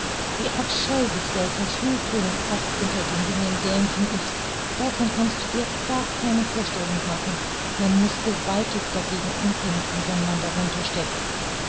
wie abscheulich solcher schulton oft unter den jungen dämchen ist davon kannst du dir gar keine vorstellung machen man muß gewaltig dagegen ankämpfen wenn man darunter steckt